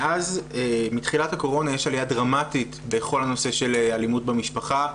מתחילת הקורונה יש עליה דרמטית בכל הנושא של אלימות במשפחה.